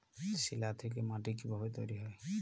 শিলা থেকে মাটি কিভাবে তৈরী হয়?